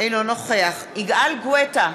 אינו נוכח יגאל גואטה,